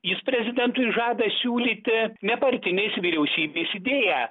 jis prezidentui žada siūlyti nepartinės vyriausybės idėją